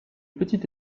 petit